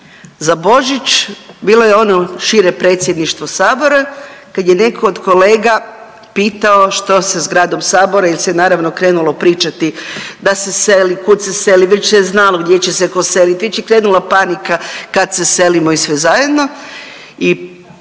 za Božić bilo je ono šire Predsjedništvo Sabora kad je netko od kolega pitao što sa zgradom Sabora jer se naravno krenulo pričati da se seli, kud se seli, već se znalo gdje će se tko seliti, već je krenula panika kad se selimo i sve zajedno i pitali